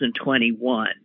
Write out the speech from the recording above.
2021